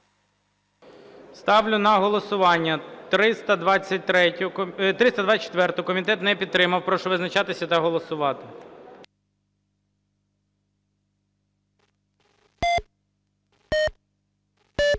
Ставлю на голосування 324-у. Комітет не підтримав. Прошу визначатися та голосувати. 12:47:11